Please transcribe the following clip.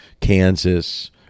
Kansas